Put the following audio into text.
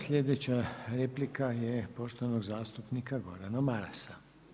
Slijedeća replika je poštovanog zastupnika Gordana Marasa.